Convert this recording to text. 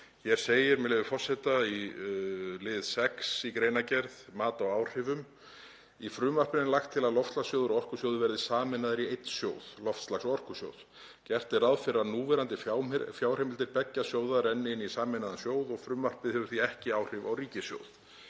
Hér segir, með leyfi forseta, í 6. kafla greinargerðar um mat á áhrifum: „Í frumvarpinu er lagt til að loftslagssjóður og Orkusjóður verði sameinaðir í einn sjóð, Loftslags- og orkusjóð. Gert er ráð fyrir að núverandi fjárheimildir beggja sjóða renni inn í sameinaðan sjóð og frumvarpið hefur því ekki áhrif á ríkissjóð.“